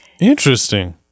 Interesting